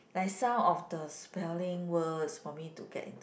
like some of the spelling words for me to get into